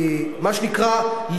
מה שנקרא,